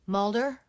Mulder